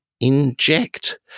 inject